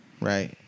right